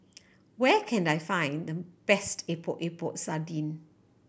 where can I find the best Epok Epok Sardin